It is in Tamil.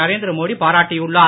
நரேந்திர மோடி பாராட்டியுள்ளார்